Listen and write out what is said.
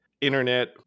internet